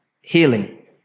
healing